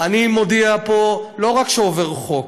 אני מודיע פה לא רק שעובר חוק.